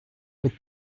with